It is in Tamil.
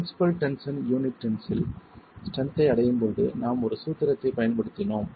principal tension unit tensile strength ஐ அடையும் போது நாம் ஒரு சூத்திரத்தைப் பயன்படுத்தினோம்